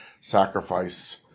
sacrifice